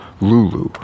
Lulu